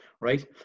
right